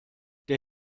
der